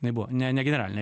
jinai buvo ne negeneralinė